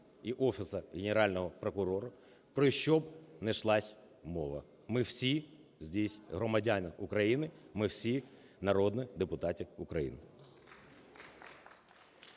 і Офісу Генерального прокурора, про що б не йшла мова. Ми всі тут громадяни України, ми всі народні депутати України.